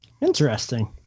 Interesting